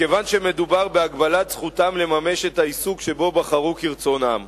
מכיוון שמדובר בהגבלת זכותם לממש את העיסוק שבו בחרו כרצונם.